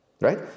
Right